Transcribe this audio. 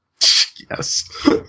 Yes